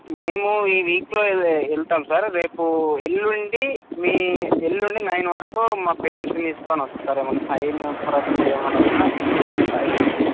మేము ఈ వీక్లో వెళ్తాం సార్ రేపు ఎల్లుండి మీ ఎల్లుండి నైన్ వరకు మా పేరెంట్స్ని తీసుకొని వస్తాను ఏమన్న సైన్ ప్రొసీజర్ ఏమన్న ఉన్న ఫినిష్ చేసుకుంటాను ఎల్లుండి